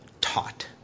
taught